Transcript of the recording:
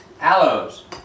aloes